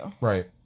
Right